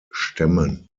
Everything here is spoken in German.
stämmen